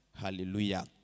Hallelujah